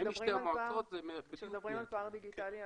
כשמדברים על פער דיגיטלי,